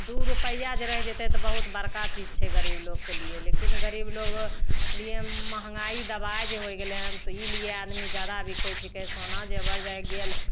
दू रूपैआ जे रहि जेतै तऽ बहुत बड़का चीज छै गरीब लोगके लिए लेकिन गरीब लोग लिए महंगाइ दबाइ जे होए गेलै हन तऽ ई लिए आदमी जादा अभी कहैत छिकै सोना जेबर जे गेल